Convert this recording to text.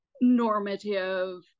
normative